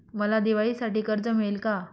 मला दिवाळीसाठी कर्ज मिळेल का?